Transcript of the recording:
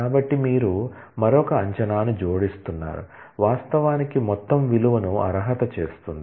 కాబట్టి మీరు మరొక అంచనాను జోడిస్తున్నారు వాస్తవానికి మొత్తం విలువను అర్హత చేస్తుంది